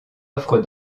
offre